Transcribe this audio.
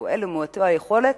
אלו מעוטי היכולת,